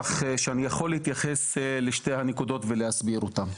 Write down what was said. כך שאני יכול להתייחס לשתי הנקודות ולהסביר אותן.